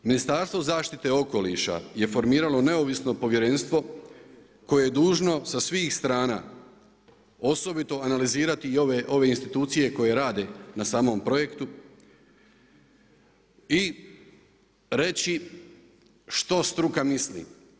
Ministarstvo zaštite okoliša je formiralo neovisno povjerenstvo koje je dužno sa svih strana osobito analizirati i ove institucije koje rade na samom projektu i reći što struka misli.